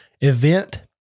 event